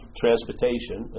transportation